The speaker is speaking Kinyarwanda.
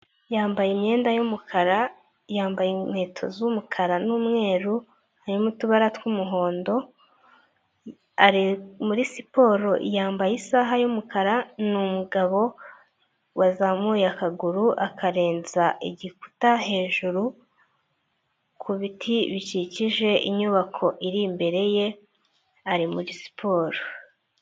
Yambaye imyenda y'umukara, yambaye inkweto z'umukara n'umweru harimo utubara tw'umuhondo, ari muri siporo yambaye isaha y'umukara ni umugabo wazamuye akaguru akarenza igikuta hejuru ku biti bikikije inyubako iri imbere ye ari muri siporo.